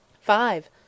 Five